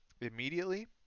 immediately